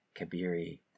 Kabiri